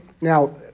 now